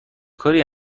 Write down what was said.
کاری